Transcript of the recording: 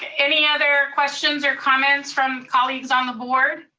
any other questions or comments from colleagues on the board?